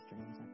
dreams